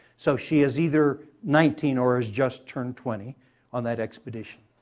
so she is either nineteen or has just turned twenty on that expedition.